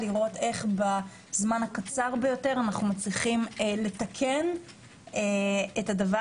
היא לראות איך בזמן הקצר ביותר אנחנו מצליחים לתקן את זה,